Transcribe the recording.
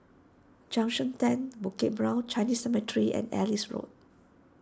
Junction ten Bukit Brown Chinese Cemetery and Ellis Road